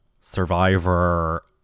Survivor